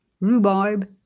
rhubarb